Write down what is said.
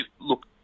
Look